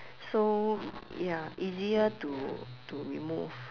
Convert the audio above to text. so ya easier to to remove